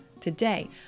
Today